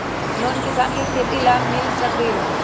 Loan किसान के खेती लाख मिल सकील?